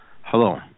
Hello